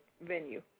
venue